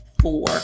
Four